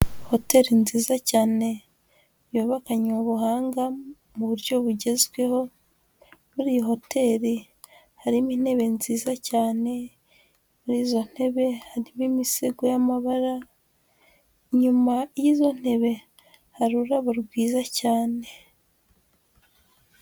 Hoteli nziza cyane yabakanwe ubuhanga mu buryo bugezweho, muri iyi hoteli harimo intebe nziza cyane, muri izo ntebe harimo imisego y'amabara, inyuma y'izo ntebe hari ururabo rwiza cyane.